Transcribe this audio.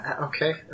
Okay